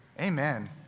Amen